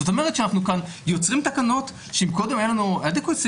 זאת אומרת שאנחנו כאן יוצרים תקנות שאם קודם היה לנו adequacy,